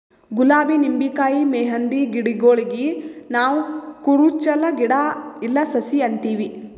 ಗುಲಾಬಿ ನಿಂಬಿಕಾಯಿ ಮೆಹಂದಿ ಗಿಡಗೂಳಿಗ್ ನಾವ್ ಕುರುಚಲ್ ಗಿಡಾ ಇಲ್ಲಾ ಸಸಿ ಅಂತೀವಿ